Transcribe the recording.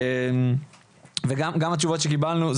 וגם התשובות שקיבלנו,